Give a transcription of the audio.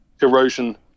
Erosion